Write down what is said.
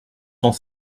cent